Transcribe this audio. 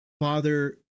father